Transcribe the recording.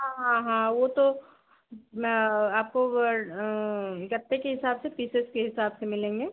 हाँ हाँ हाँ वह तो मैं आपको गत्ते के हिसाब से पीसेस के हिसाब से मिलेंगे